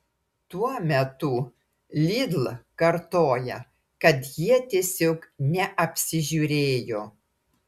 tuo metu lidl kartoja kad jie tiesiog neapsižiūrėjo